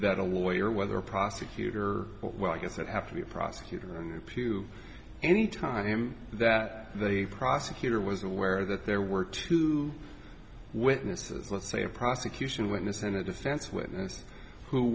that a lawyer whether a prosecutor well i guess you'd have to be a prosecutor any time that the prosecutor was aware that there were two witnesses let's say a prosecution witness and a defense witness who